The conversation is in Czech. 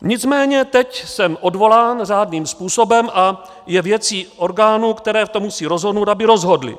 Nicméně teď jsem odvolán řádným způsobem a je věcí orgánů, které to musí rozhodnout, aby rozhodly.